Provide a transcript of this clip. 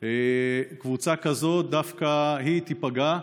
קבוצה כזאת, דווקא היא תיפגע.